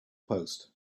post